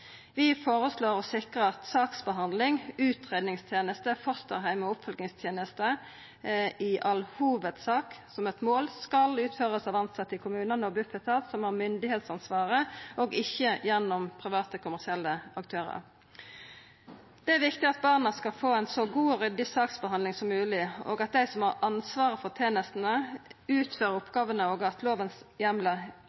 Vi foreslår å sikra at saksbehandlings-/utgreiingstenester, fosterheim og oppfølgingstenester i all hovudsak som eit mål skal utførast av tilsette i kommunane og Bufetat som har myndigheitsansvaret, og ikkje gjennom private kommersielle aktørar. Det er viktig at barna skal få ei så god og ryddig saksbehandling som mogleg, at dei som har ansvaret for tenestene, utfører